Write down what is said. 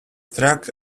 struck